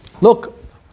Look